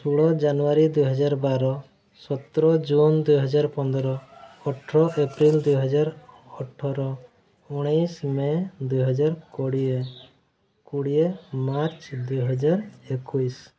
ଷୋହଳ ଜାନୁଆରୀ ଦୁଇହଜାର ବାର ସତର ଜୁନ୍ ଦୁଇହଜାର ପନ୍ଦର ଅଠର ଏପ୍ରିଲ୍ ଦୁଇହଜାର ଅଠର ଉଣେଇଶ ମେ ଦୁଇହଜାର କୋଡ଼ିଏ କୋଡ଼ିଏ ମାର୍ଚ୍ଚ ଦୁଇହଜାର ଏକୋଇଶି